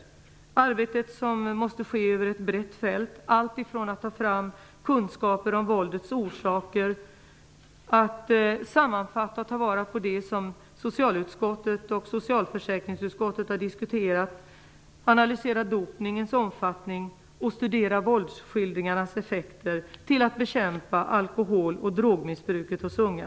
Det är ett arbete som måste ske över ett brett fält, alltifrån att ta fram kunskaper om våldets orsaker, att sammanfatta och ta vara på det som socialutskottet och socialförsäkringsutskottet diskuterat, att analysera dopningens omfattning, att studera våldsskildringarnas effekter till att bekämpa alkohol och drogmissbruket hos unga.